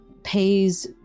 pays